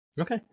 Okay